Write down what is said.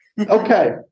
Okay